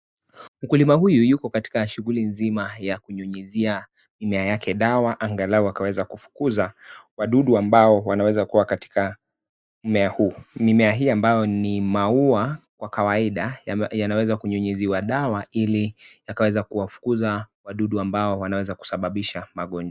Mkulima huyu yuko katika shughulil nzima ya kunyunyizia mimea yake dawa, angalau akaweza kufukuza wadudu ambao wanaweza kuwa katika mimea huu. Mimea hii ambao ni maua kwa kawaida yanaweza kunyunyiziwa dawa ili yakaweza kuwafukuza wadudu ambao wanaweza kusababisha magonjwa